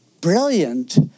brilliant